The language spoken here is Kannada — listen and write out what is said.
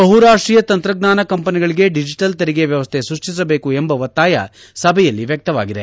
ಬಹುರಾಷ್ಟೀಯ ತಂತ್ರಜ್ಞಾನ ಕಂಪನಿಗಳಿಗೆ ಡಿಜಿಟಲ್ ತೆರಿಗೆ ವ್ಯವಸ್ಥೆ ಸೃಷ್ಟಿಸಬೇಕು ಎಂಬ ಒತ್ತಾಯ ಸಭೆಯಲ್ಲಿ ವ್ಯಕ್ತವಾಗಿದೆ